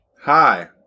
hi